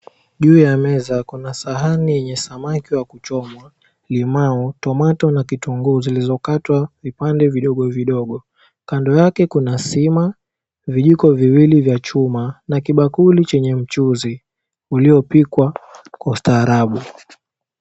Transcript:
Juu ya meza kuna; sahani yenye samaki wa kuchomwa, limau, tomato na kitungu zilizokatwa vipande vidogo vidogo. Kando yake kuna sima, vijiko viwili vya chuma na kibakuli chenye mchuuzi uliopikwa kwa ustarabu.